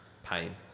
pain